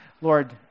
Lord